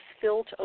filled